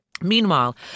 Meanwhile